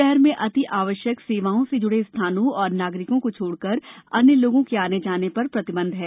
शहर में अतिआवश्यक सेवाओं से जुड़े स्थानों एवं नागरिकों को छोड़कर अन्य लोगों के आने जाने पर प्रतिबंध है